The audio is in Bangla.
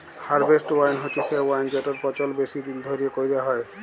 হারভেস্ট ওয়াইন হছে সে ওয়াইন যেটর পচল বেশি দিল ধ্যইরে ক্যইরা হ্যয়